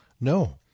no